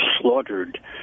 slaughtered